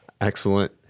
Excellent